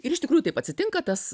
ir iš tikrųjų taip atsitinka tas